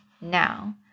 now